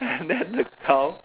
and then the cow